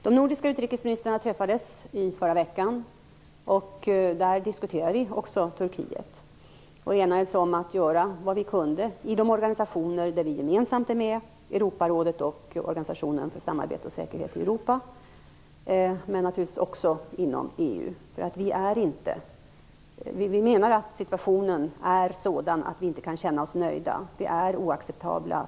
De nordiska utrikesministrarna träffades förra veckan, och då diskuterade vi också Turkiet. Vi enades om att göra vad vi kunde i de organisationer vi gemensamt är med i, alltså Europarådet och Organisationen för samarbete och säkerhet i Europa, och naturligtvis också inom EU. Vi menar att situationen är sådan att vi inte kan känna oss nöjda.